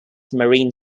marine